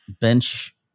bench